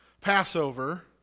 Passover